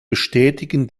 bestätigen